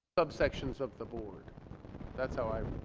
subsections of the board that's how i'm